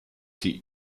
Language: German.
sie